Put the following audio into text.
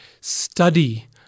study